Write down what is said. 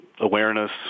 awareness